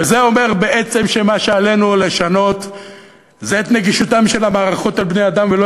וזה אומר בעצם שמה שעלינו לשנות זה את נגישותן של המערכות אל בני-האדם,